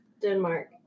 Denmark